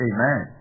Amen